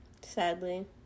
Sadly